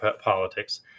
politics